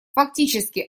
фактически